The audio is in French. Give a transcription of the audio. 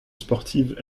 sportive